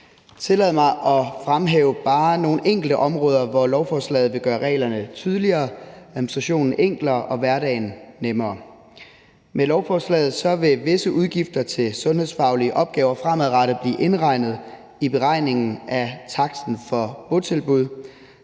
tillade mig at fremhæve bare nogle enkelte områder, hvor lovforslaget vil gøre reglerne tydeligere, administrationen enklere og hverdagen nemmere. Med lovforslaget vil visse udgifter til sundhedsfaglige opgaver fremadrettet blive indregnet i beregningen af taksten for botilbud.